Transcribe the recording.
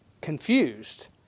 confused